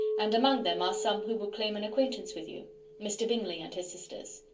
and among them are some who will claim an acquaintance with you mr. bingley and his sisters.